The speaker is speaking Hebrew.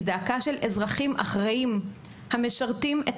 היא זעקה של אזרחים אחראים שמשרתים את